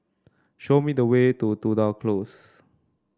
show me the way to Tudor Close